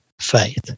faith